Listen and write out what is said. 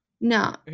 No